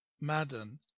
Madden